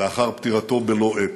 לאחר פטירתו בלא עת,